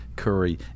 Curry